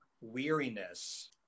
weariness